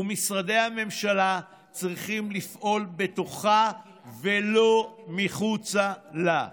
ומשרדי הממשלה צריכים לפעול בתוכה ולא מחוץ לה.